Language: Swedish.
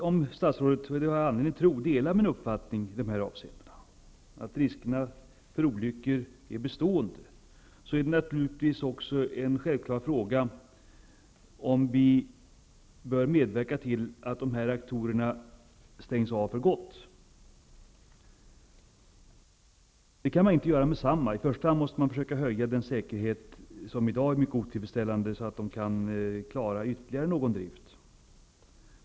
Om stastrådet delar min uppfattning i det här avseendet, att riskerna för olyckor är bestående, uppstår naturligtvis en fråga om vi bör medverka till att dessa reaktorer stängs av för gott. Det kan man inte göra med detsamma. I första hand måste man försöka höja den säkerhet som i dag är mycket otillfredsställande för att verken skall kunna klara ytterligre någon drift.